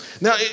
Now